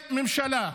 אם אין מלחמה,